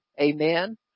Amen